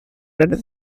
rather